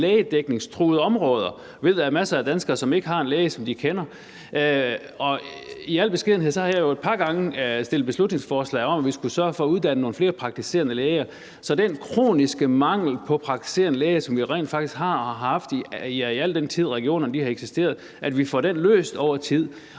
lægedækningstruede områder; vi ved, at der er masser af danskere, som ikke har en læge, de kender. I al beskedenhed har jeg jo et par gange fremsat beslutningsforslag om, at vi skulle sørge for at uddanne nogle flere praktiserende læger, så den kroniske mangel på praktiserende læger, som vi rent faktisk har, og som vi har haft i al den tid, regionerne har eksisteret, kan løses over tid.